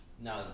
No